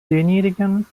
denjenigen